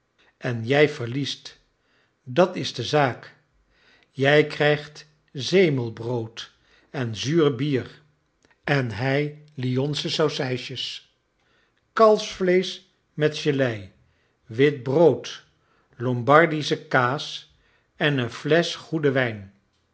en jij verliest dat is de zaak jij krijgt zemelbrood en zuur bier en hij lyons che saucijsjes kalfsvleesch met gelei wit brood loinbardische kaas en een flesch goeden wijn